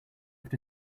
have